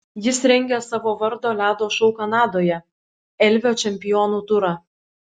jis rengia savo vardo ledo šou kanadoje elvio čempionų turą